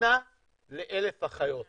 בחינה ל-1,000 אחיות.